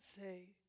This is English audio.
say